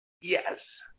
Yes